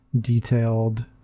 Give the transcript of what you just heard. detailed